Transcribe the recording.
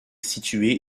situé